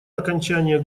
окончание